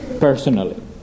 personally